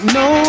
no